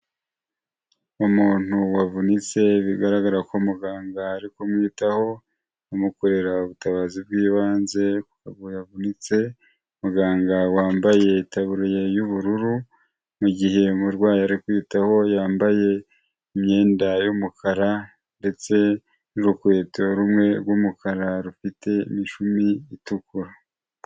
Umuntu wavunitse bigaragara ko muganga ari kumwitaho, amukorera ubutabazi bw'ibanze, aho yavunitse, muganga wambaye itaburiya y'ubururu, mu gihe umurwayi ari kwitaho yambaye imyenda y'umukara ndetse n'urukweto rumwe rw'umukara rufite imishumi itukura.